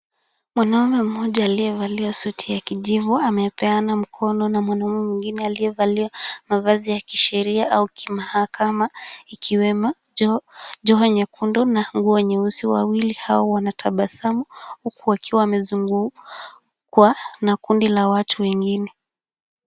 Mwanaume mmoja aliyevalia suti ya kijivu amepeana mkono na mwanaume mwingine aliyevalia mavazi ya kisheria au kimahakama, ikiwemo joho nyekundu na nguo nyeusi. Wawili hao wanatabasamu huku wakiwa wamezungukwa na kundi la watu wengine.